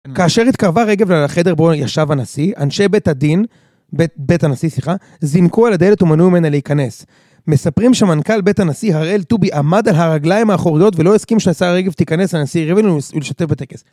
כאשר התקרבה רגב לחדר בו ישב הנשיא, אנשי בית הדין, בית הנשיא סליחה, זינקו על הדלת ומנעו ממנה להיכנס. מספרים שמנכ״ל בית הנשיא, הראל טובי, עמד על הרגליים האחוריות ולא הסכים שהשרה רגב תיכנס עם הנשיא ריבלין ולהשתתף בטקס.